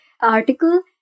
article